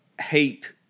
hate